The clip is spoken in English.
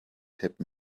pep